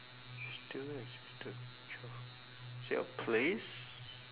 still existed childhood is it a place